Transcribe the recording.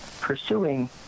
pursuing